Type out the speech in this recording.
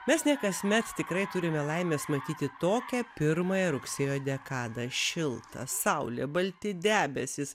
mes ne kasmet tikrai turime laimės matyti tokią pirmąją rugsėjo dekadą šilta saulė balti debesys